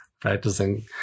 Practicing